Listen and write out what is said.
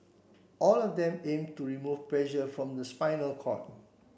all of them aim to remove pressure from the spinal cord